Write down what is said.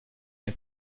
این